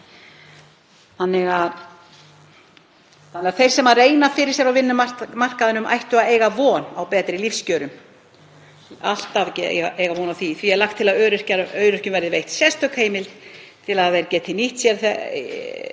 mannauðnum. Þeir sem reyna fyrir sér á vinnumarkaðinum ættu að eiga von á betri lífskjörum, alltaf að eiga von á því. Því er lagt til að öryrkjum verði veitt sérstök heimild sem þeir geti nýtt sér þegar